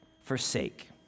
forsake